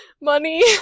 money